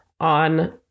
on